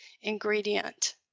ingredient